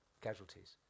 casualties